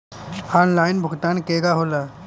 Online भुगतान केगा होला?